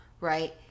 right